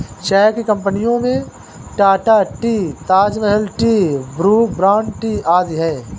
चाय की कंपनियों में Tata tea, Taj Mahal tea, Brooke Bond tea आदि है